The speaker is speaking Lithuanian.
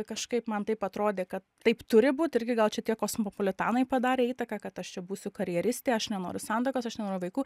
kažkaip man taip atrodė kad taip turi būt irgi gal čia tie kosmopolitanai padarė įtaką kad aš čia būsiu karjeristė aš nenoriu santuokos aš nenoriu vaikų